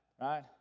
right